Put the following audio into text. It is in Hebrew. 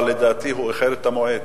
אבל לדעתי הוא איחר את המועד,